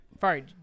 Sorry